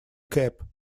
cap